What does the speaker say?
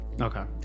Okay